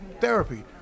therapy